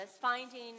finding